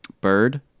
Bird